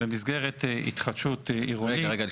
במסגרת התחדשות עירונית --- רגע, רגע.